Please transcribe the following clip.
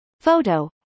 Photo